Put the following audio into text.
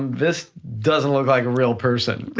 um this doesn't look like a real person.